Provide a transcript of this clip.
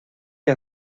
qué